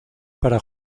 para